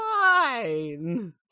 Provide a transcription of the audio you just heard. fine